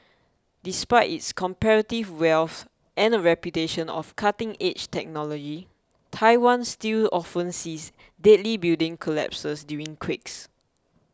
despite its comparative wealth and a reputation of cutting edge technology Taiwan still often sees deadly building collapses during quakes